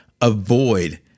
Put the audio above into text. avoid